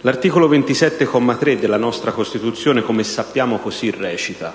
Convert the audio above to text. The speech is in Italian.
terzo comma, della nostra Costituzione recita: